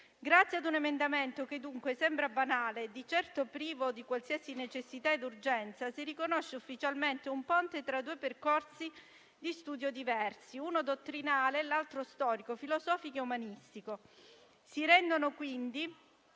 Grazie a un emendamento, che dunque sembra banale e di certo privo di qualsiasi necessità e urgenza, si riconosce ufficialmente un ponte tra due percorsi di studio diversi: uno dottrinale, l'altro storico, filosofico e umanistico.